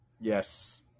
Yes